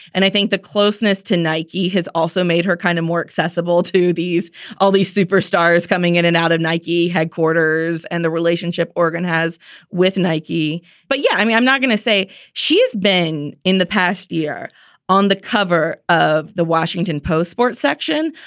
and i think the closeness to nike has also made her kind of more accessible to these all these superstars coming in and out of nike headquarters and the relationship organ has with nike but yeah, i mean, i'm not going to say she's been in the past year on the cover of the washington post sports section,